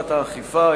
הגברת האכיפה),